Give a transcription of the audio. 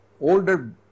older